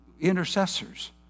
intercessors